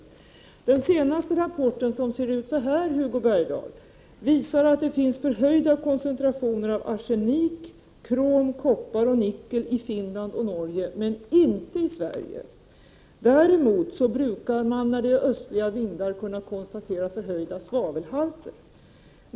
Den senaste rapporten visar att det finns förhöjda koncentrationer av arsenik, krom, koppar och nickel i Finland och Norge men inte i Sverige. 42 Däremot brukar man, när det är östliga vindar, kunna konstatera förhöjda svavelhalter.